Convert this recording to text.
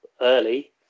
early